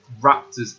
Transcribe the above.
Raptors